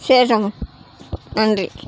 சரி சம்பூ நன்றி